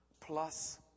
plus